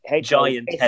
Giant